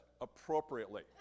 appropriately